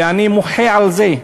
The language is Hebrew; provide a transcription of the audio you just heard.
ואני מוחה על זה,